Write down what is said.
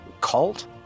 cult